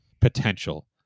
potential